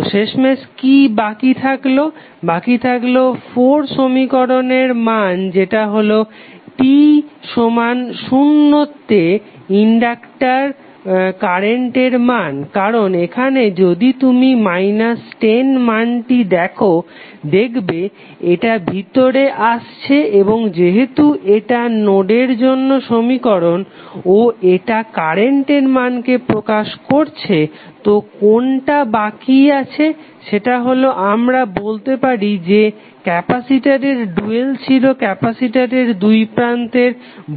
তো শেষমেশ কি বাকি থাকলো বাকি থাকলো 4 সমীকরণের মান যেটা হলো t সমান শুন্য তে ইনডাক্টার কারেন্টের মান কারণ এখানে যদি তুমি 10 মানটি দেখো দেখবে এটা ভিতরে আসছে এবং যেহেতু এটা নোডের জন্য সমীকরণ ও এটা কারেন্টের মানকে প্রকাশ করছে তো কোনটা বাকি আছে সেটা হলো আমরা বলতে পারি যে ক্যাপাসিটরের ডুয়াল ছিল ক্যাপাসিটরের দুই প্রান্তের